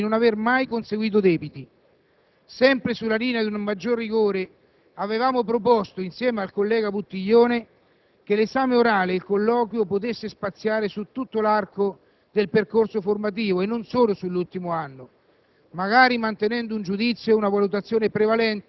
Avevamo seguito questa linea, inserendo l'obbligo di non aver mai conseguito debiti. Sempre sulla linea di un maggior rigore, avevamo proposto, insieme al collega Buttiglione, che l'esame orale, il colloquio, potesse spaziare su tutto l'arco del percorso formativo e non solo sull'ultimo anno,